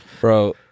Bro